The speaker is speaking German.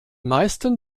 meisten